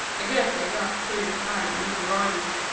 i guess they got pretty tired of mr. rogers,